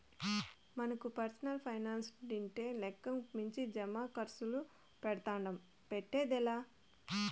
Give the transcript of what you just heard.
మనకు పర్సనల్ పైనాన్సుండింటే లెక్కకు మించి జమాకర్సులు పెడ్తాము, పెట్టేదే లా